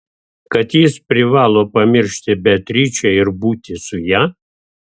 kad jis privalo pamiršti beatričę ir būti su ja